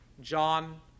John